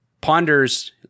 ponders